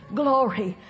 glory